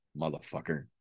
Motherfucker